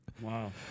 Wow